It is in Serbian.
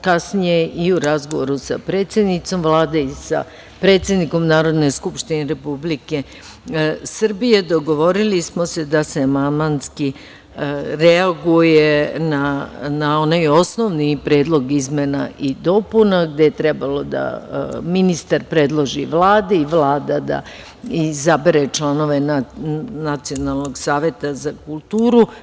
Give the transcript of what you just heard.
Kasnije, i u razgovoru sa predsednicom Vlade i sa predsednikom Narodne skupštine Republike Srbije, dogovorili smo se da se amandmanski reaguje na onaj osnovni predlog izmena i dopuna, gde je trebalo da ministar predloži Vladi, Vlada da izabere članove Nacionalnog saveta za kulturu.